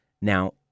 Now